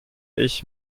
ich